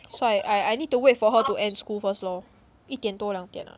so I I need to wait for her to end school first lor 一点多两点 ah